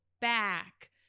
back